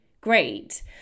great